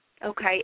Okay